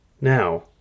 Now